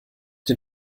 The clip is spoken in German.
den